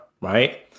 right